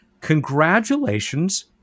Congratulations